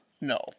No